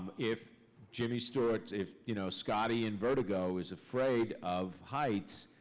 if jimmy stewart. if you know scottie in vertigo is afraid of heights,